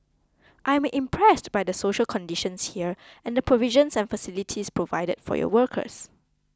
I am impressed by the social conditions here and the provisions and facilities provided for your workers